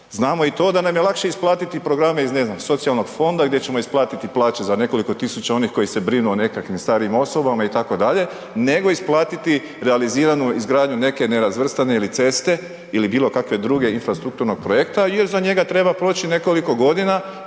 Znamo i to da nam je lakše isplatiti programe z ne znam socijalnog fonda gdje ćemo isplatiti plaće za nekoliko tisuća onih koji se brinu o nekakvih starijim osobama itd., nego isplatit realiziranu izgradnju neke nerazvrstane ceste ili bilokakvog drugog infrastrukturnog projekta jer za njega treba proći nekoliko godina